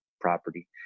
property